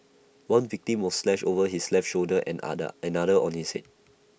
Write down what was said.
one victim was slashed over his left shoulder and other another on his Head